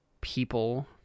people